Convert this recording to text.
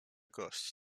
gość